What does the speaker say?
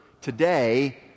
today